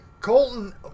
Colton